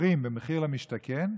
מוכרים במחיר למשתכן,